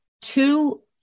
two